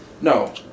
No